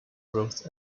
growth